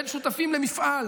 בין שותפים למפעל,